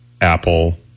Apple